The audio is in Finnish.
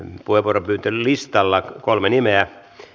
guevara vytenis täällä kolme nimeä